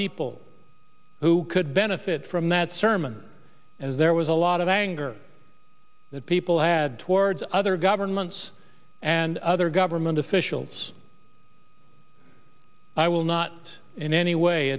people who could benefit from that sermon as there was a lot of anger that people had towards other governments and other government officials i will not in any way